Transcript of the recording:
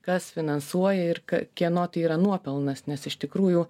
kas finansuoja ir k kieno tai yra nuopelnas nes iš tikrųjų